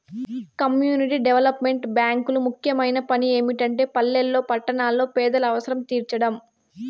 community development బ్యేంకులు ముఖ్యమైన పని ఏమిటంటే పల్లెల్లో పట్టణాల్లో పేదల అవసరం తీర్చడం